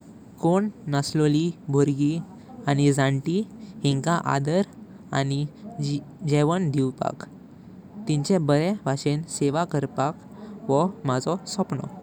कोण नसलोली बर्गी आनी झांटी हेंका आदर आनी घेवन दिवपक। तीचे बरे भाषें सेवाकरपक वो माझो स्वप्नो।